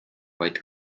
vaid